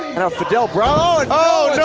and fidel bravo, oh! no